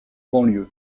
banlieue